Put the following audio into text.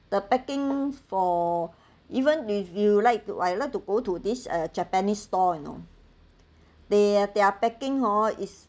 the parking for even if you like to I like to go to this uh japanese store you know their their packing hor is